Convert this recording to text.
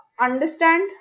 understand